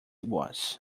was